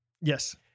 Yes